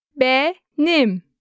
Benim